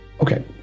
Okay